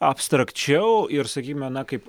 abstrakčiau ir sakykime na kaip